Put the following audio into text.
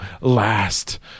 Last